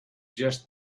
just